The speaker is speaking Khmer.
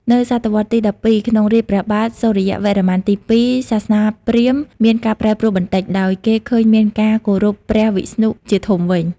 នៅ ស.វ ទី ១២ ក្នុងរាជ្យព្រះសូរ្យវរ្ម័នទី ២ សាសនាព្រាហ្មណ៏មានការប្រែប្រួលបន្តិច ដោយគេឃើញមានការគោរពព្រះវិស្ណុះជាធំវិញ។